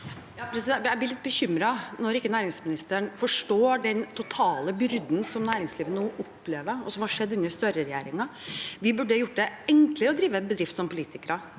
Jeg blir litt bekymret når ikke næringsministeren forstår den totale byrden som næringslivet nå opplever, og som har skjedd under Støre-regjeringen. Vi som politikere burde gjort det enklere å drive en bedrift, men nå hører